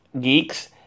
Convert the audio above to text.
geeks